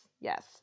yes